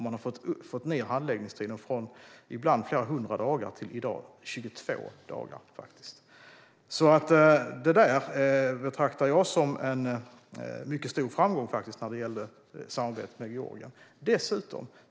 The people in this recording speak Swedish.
Man har fått ned handläggningstiden från ibland flera hundra dagar till i dag 22 dagar. Detta betraktar jag som en mycket stor framgång vad gäller samarbetet med Georgien.